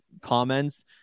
comments